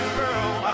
girl